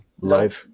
life